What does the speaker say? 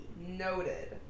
noted